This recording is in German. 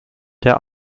der